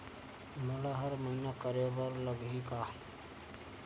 मोला हर महीना करे बर लगही का?